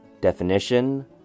Definition